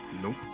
Nope